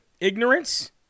ignorance